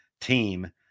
team